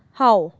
how